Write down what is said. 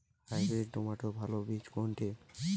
Hybrid টমেটোর ভালো বীজ কোনটি?